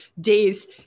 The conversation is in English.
days